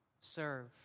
Serve